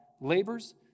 labors